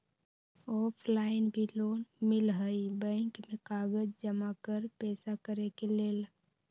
Offline भी loan मिलहई bank में कागज जमाकर पेशा करेके लेल?